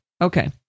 okay